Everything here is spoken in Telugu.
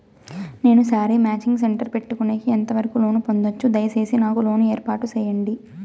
నేను శారీ మాచింగ్ సెంటర్ పెట్టుకునేకి ఎంత వరకు లోను పొందొచ్చు? దయసేసి నాకు లోను ఏర్పాటు సేయండి?